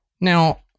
Now